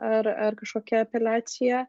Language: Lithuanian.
ar ar kažkokia apeliacija